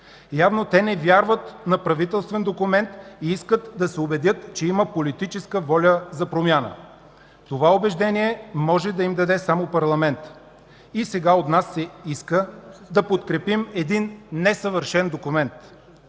Явно те не вярват на правителствен документ и искат да се убедят, че има политическа воля за промяна. Това убеждение може да им даде само Парламентът и сега от нас се иска да подкрепим един несъвършен документ,